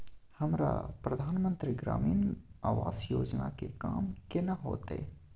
हमरा प्रधानमंत्री ग्रामीण आवास योजना के काम केना होतय?